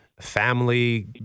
family